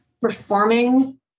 performing